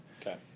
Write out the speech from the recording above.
Okay